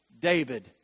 David